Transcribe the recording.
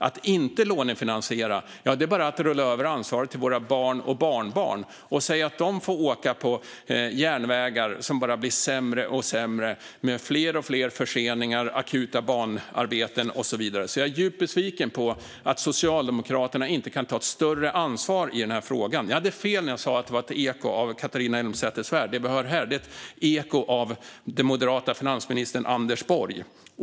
Att inte lånefinansiera är bara att skjuta över ansvaret till våra barn och barnbarn och säga att de får åka på järnvägar som bara blir sämre och sämre med fler och fler förseningar, akuta banarbeten och så vidare. Jag är djupt besviken på att Socialdemokraterna inte kan ta ett större ansvar i denna fråga. Jag hade fel när jag sa att det var ett eko av Catharina Elmsäter-Svärd, för det vi hör här är ett eko av den moderata finansministern Anders Borg.